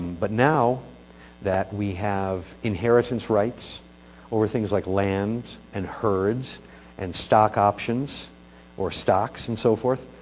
but now that we have inheritance rights over things like lands, and herds and stock options or stocks and so forth,